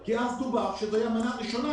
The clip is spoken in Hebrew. כי אז דובר על כך שזאת תהיה המנה הראשונה